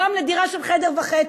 גם לדירה של חדר וחצי.